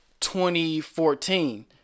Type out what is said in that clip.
2014